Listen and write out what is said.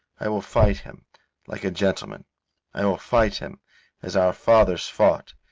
i will fight him like a gentleman i will fight him as our fathers fought.